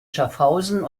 schaffhausen